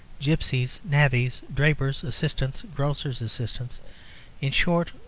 gypsies, navvies, drapers' assistants, grocers' assistants in short,